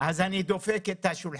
וזה כדאי שתדעו,